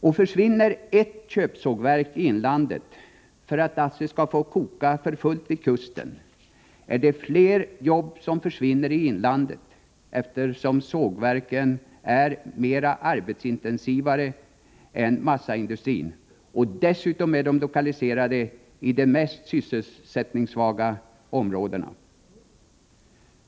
Och försvinner ett köpsågverk i inlandet för att ASSI skall få koka för fullt vid kusten, är det flera jobb som försvinner i inlandet, eftersom sågverken är mer arbetsintensiva än massaindustrin och dessutom lokaliserade till de mest sysselsättningssvaga områdena.